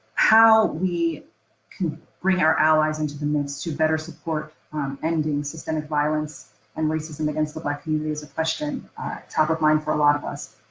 how we can bring our allies into the mix, to better support ending systemic violence and racism against the black communities, is a question top of mind for a lot of us.